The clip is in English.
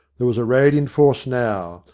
there was a raid in force now,